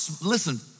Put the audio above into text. Listen